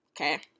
Okay